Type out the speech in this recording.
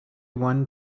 one